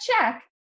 check